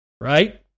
Right